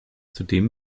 zudem